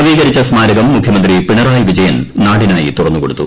നവീകരിച്ച സ്മാരകം മുഖ്യമന്ത്രി പിണറായി വിജയൻ നാടിനായി തുറന്നുകൊടുത്തു